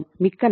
மிக்க நன்றி